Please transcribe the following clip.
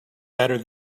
better